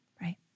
right